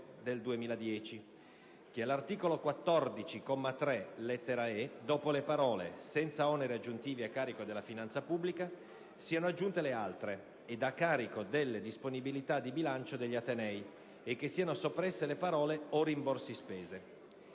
del 2010"; - che all'articolo 14, comma 3, lettera *e),* dopo le parole: "senza oneri aggiuntivi a carico della finanza pubblica" siano aggiunte le altre: "ed a carico delle disponibilità di bilancio degli atenei" e che siano soppresse le parole: "o rimborsi spese".